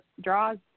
draws